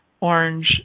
orange